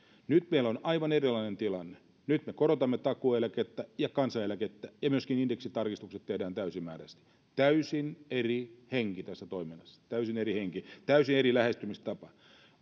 nyt meillä on aivan erilainen tilanne nyt me korotamme takuueläkettä ja kansaneläkettä ja myöskin indeksitarkistukset tehdään täysimääräisesti täysin eri henki tässä toiminnassa täysin eri henki täysin eri lähestymistapa